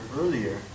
earlier